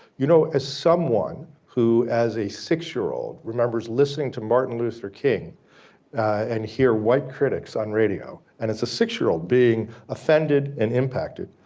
you know as someone who as a six-year-old remembers listening to martin luther king and here white critics on radio, and it's a six-year-old being offended and impacted.